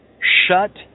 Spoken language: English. shut